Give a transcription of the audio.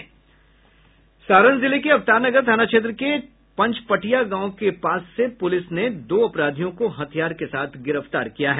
सारण जिले के अवतार नगर थाना क्षेत्र के पंचपटियां गांव के पास से पुलिस ने दो अपराधियों को हथियार के साथ गिरफ्तार किया है